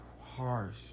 Harsh